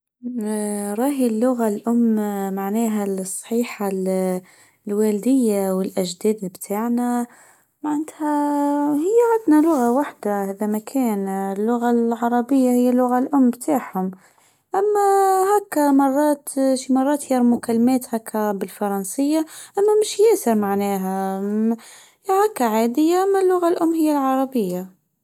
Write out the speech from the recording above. راهي اللغه الام معناها الصحيحه الوالديه والاجداد بتاعنا معناتها هي عندنا لغه واحده هذا مكان اللغه العربيه هي اللغه الام بتاعهم اما هكذا مرات شي مرات.كانت اللغه العربيه هي اللغه الام بتوعهم اما هكا مرات ايش مرات يرى مكالماتها بالفرنسيه أما مش ياسر معناها هكا عاديه ما اللغه الام هي العربيه. بالفرنسيه.